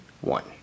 one